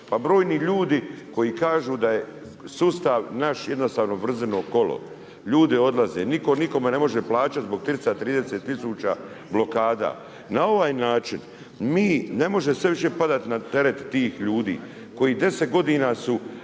pa brojni ljudi koji kažu da je sustav naš jednostavno vrzino kolo. Ljudi odlaze, nitko nikome ne može plaćati zbog 330 tisuća blokada. Na ovaj način mi, ne može sve više padati na teret tih ljudi koji 10 godina su